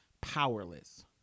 powerless